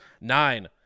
Nine